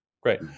Great